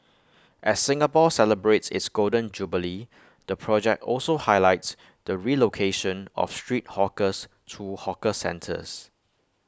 as Singapore celebrates its Golden Jubilee the project also highlights the relocation of street hawkers to hawker centres